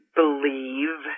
believe